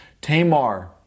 Tamar